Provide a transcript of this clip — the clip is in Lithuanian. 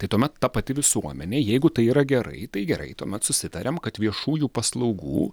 tai tuomet ta pati visuomenė jeigu tai yra gerai tai gerai tuomet susitariam kad viešųjų paslaugų